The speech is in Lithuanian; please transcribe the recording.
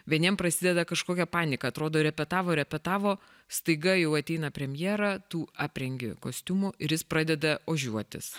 vieniem prasideda kažkokia panika atrodo repetavo repetavo staiga jau ateina premjera tu aprengi kostiumu ir jis pradeda ožiuotis